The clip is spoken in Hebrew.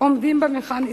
עומדים במבחן היסטורי.